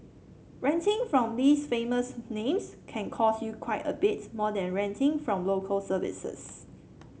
renting from these famous names can cost you quite a bit more than renting from Local Services